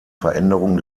veränderung